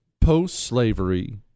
post-slavery